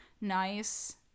nice